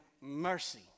Mercy